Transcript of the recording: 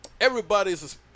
everybody's